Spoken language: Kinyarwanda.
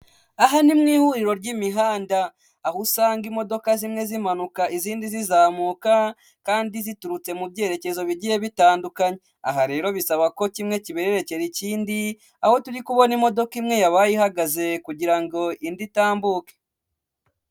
Aha ni mu ihuriro ry'imihanda, aho usanga imodoka zimwe zimanuka izindi zizamuka kandi ziturutse mu byerekezo bigiye bitandukanye, aha rero bisaba ko kimwe kibererekera ikindi, aho turi kubona imodoka imwe yabaye ihagaze kugira ngo indi itambuke.